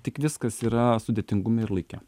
tik viskas yra sudėtingume ir laike